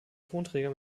tonträger